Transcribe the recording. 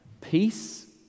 Peace